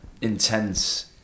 intense